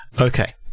okay